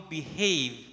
behave